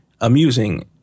amusing